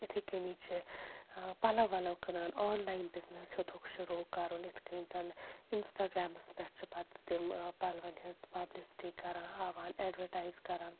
اِتھَے کٔنی چھِ ٲ پَلَو وَلَو کٕنان آنلایِن بِزنِس ہیوٚتکھ شروٗع کَرُن اِتھ کٔنۍ زَن اِنَسٹاگرٛامَس پٮ۪ٹھ چھِ پَتہٕ تِم پَلوَن ہِنٛز پَبلِسِٹی کَران ہاوان ایٮ۪ڈوَٹایِز کَران